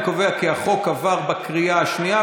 אני קובע כי הצעת החוק עברה בקריאה השנייה,